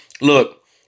Look